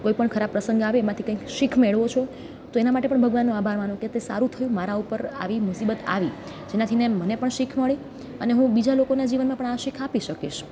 કોઈપણ ખરાબ પ્રસંગ આવે એમાંથી કંઈક શીખ મેળવો છો તો એના માટે પણ ભગવાનનો આભાર માનો કે તે સારું થયું મારા ઉપર આવી મુસીબત આવી જેનાથી મને પણ શીખ મળી અને હું બીજા લોકોને જીવનમાં પણ આ શીખ આપી શકીશ